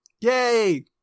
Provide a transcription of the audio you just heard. yay